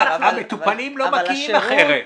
המטופלים לא מגיעים אחרת.